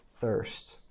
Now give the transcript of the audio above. thirst